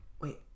wait